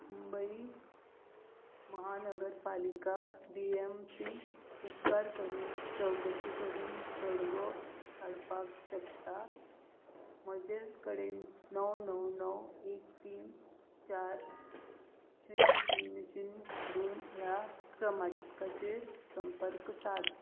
मुंबई महानगरपालिका B M C उपकार करून चवकशी करून थडगो काडपाक शकता म्हजे कडेन णव णव णव एक तीन चार शुन्य शुन्य शुन्य दोन ह्या क्रमांकाचेर संपर्क साद